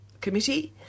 committee